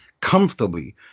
comfortably